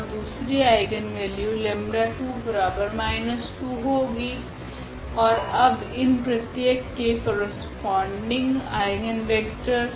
ओर दूसरी आइगनवेल्यू 𝜆2−2 होगी ओर अब इन प्रत्येक के करस्पोंडिंग आइगनवेक्टर